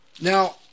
Now